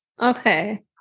Okay